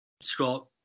Scott